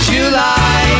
July